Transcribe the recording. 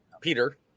Peter